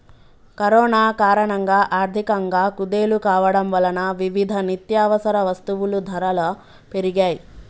corona కారణంగా ఆర్థికంగా కుదేలు కావడం వలన వివిధ నిత్యవసర వస్తువుల ధరలు పెరిగాయ్